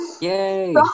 yay